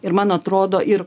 ir man atrodo ir